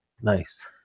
Nice